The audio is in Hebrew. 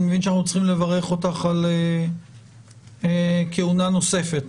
אני מבין שאנחנו צריכים לברך אותך על כהונה נוספת,